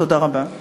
תודה רבה.